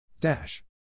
Dash